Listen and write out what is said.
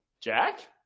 Jack